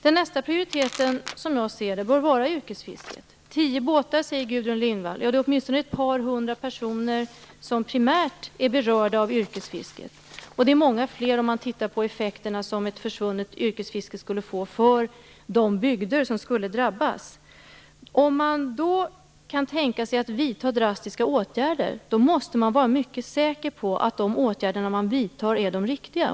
Nästa prioritet bör som jag ser det vara yrkesfisket. Tio båtar, säger Gudrun Lindvall. Ja, det är åtminstone ett par hundra personer som primärt är berörda av yrkesfisket. Och det är många fler om man tittar på de effekter som ett försvunnet yrkesfiske skulle få för de bygder som skulle drabbas. Om man då kan tänka sig att vidta drastiska åtgärder måste man vara mycket säker på att de åtgärder man vidtar är de riktiga.